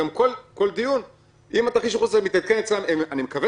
אם תרחיש הייחוס הזה מתעדכן אצלם אני מקווה